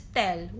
tell